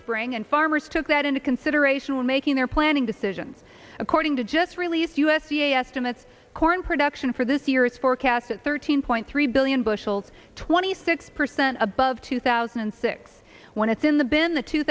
spring and farmers took that into consideration when making their planning decisions according to just released u s d a estimates corn production for this year is forecast at thirteen point three billion bushels twenty six percent above two thousand and six when it's in the bin the two